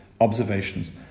observations